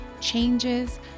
changes